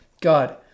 God